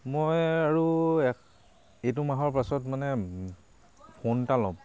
মই আৰু এক এইটো মাহৰ পাছত মানে ফোন এটা ল'ম